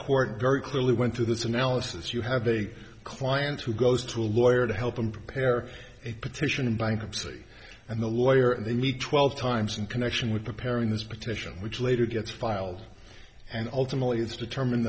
court very clearly went through this analysis you have a client who goes to a lawyer to help them prepare a petition in bankruptcy and the lawyer and they need twelve times in connection with preparing this petition which later gets filed and ultimately it's determine